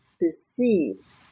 perceived